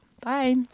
bye